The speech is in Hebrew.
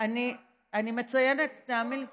אני מציינת, תאמין לי.